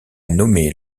nommé